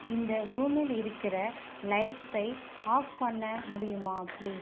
இந்த ரூமில் இருக்கிற லைட்ஸை ஆஃப் பண்ண முடியுமா பிளீஸ்